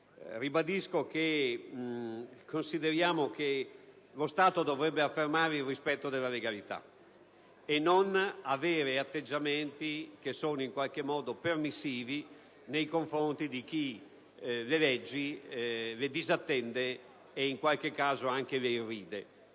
Ribadisco che consideriamo che lo Stato dovrebbe affermare il rispetto della legalità e non avere atteggiamenti in qualche modo permissivi nei confronti di chi le leggi le disattende e in qualche caso anche le irride.